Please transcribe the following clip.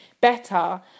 better